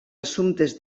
assumptes